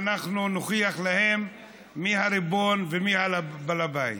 ואנחנו נוכיח להם מי הריבון ומי בעל הבית.